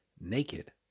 Naked